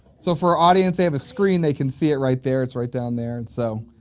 so, for our audience, they have a screen they can see it right there, it's right down there and so.